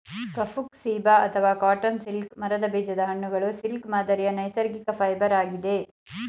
ಕಫುಕ್ ceiba ಅಥವಾ cotton silk ಮರದ ಬೀಜದ ಹಣ್ಣುಗಳು ಸಿಲ್ಕ್ ಮಾದರಿಯ ನೈಸರ್ಗಿಕ ಫೈಬರ್ ಆಗಿದೆ